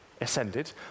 ascended